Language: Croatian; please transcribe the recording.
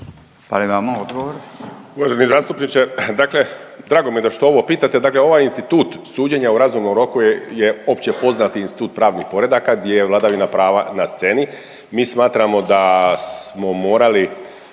Hvala i vama. Odgovor.